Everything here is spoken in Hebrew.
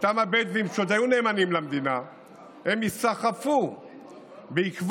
ואותם בדואים שעוד היו נאמנים למדינה ייסחפו בעקבות